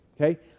okay